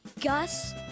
Gus